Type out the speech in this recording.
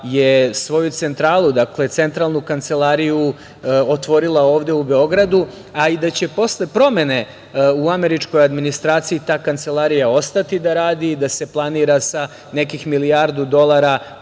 je svoju centralu, dakle, centralnu kancelariju, otvorila ovde u Beogradu, a i da će posle promene u američkoj administraciji ta kancelarija ostati da radi i da se planira sa nekih milijardu dolara